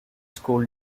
school